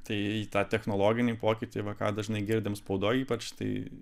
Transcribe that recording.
tai į tą technologinį pokytį va ką dažnai girdim spaudoj ypač tai